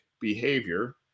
behavior